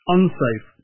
Unsafe